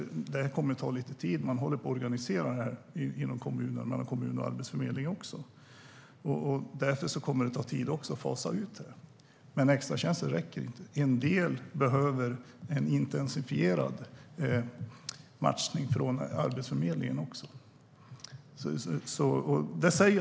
Det kommer att ta lite tid. Det håller på att organiseras mellan kommuner och Arbetsförmedlingen. Därför kommer det också att ta tid att fasa ut. Men extratjänster räcker inte. En del behöver också intensifierad matchning från Arbetsförmedlingen.